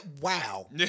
wow